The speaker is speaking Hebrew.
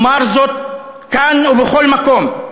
אומר זאת כאן ובכל מקום,